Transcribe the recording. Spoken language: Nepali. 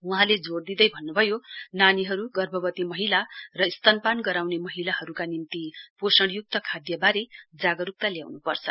वहाँले जोड़ दिँदै भन्नुभयो नानीहरु गर्भवती महिला र स्तनपान गराउने महिलाहरुका निम्ति पोषणयुक्त खाधवारे जागरुकता ल्याउनुपर्छ